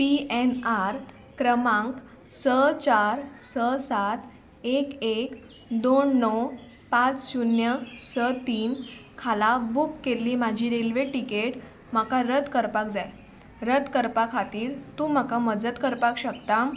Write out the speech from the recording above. P N R क्रमांक स चार स सात एक एक दोन णव पांच शुन्य स तीन खाला बूक केल्ली म्हाजी रेल्वे तिकेट म्हाका रद्द करपाक जाय रद्द करपा खातीर तूं म्हाका मजत करपाक शकता